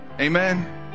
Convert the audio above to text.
Amen